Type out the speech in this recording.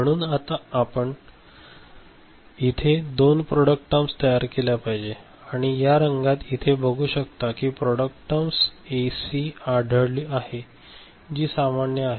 म्हणून आता आपण इथे दोन प्रॉडक्ट टर्म्स तयार केल्या पाहिजेत आणि या रंगात इथे बघू शकता एक प्रॉडक्ट टर्म एसी आढळली आहे जी सामान्य आहे